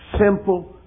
simple